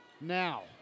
Now